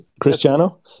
Cristiano